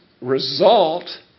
result